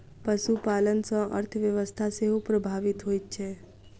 पशुपालन सॅ अर्थव्यवस्था सेहो प्रभावित होइत छै